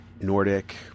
Nordic